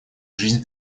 жизнь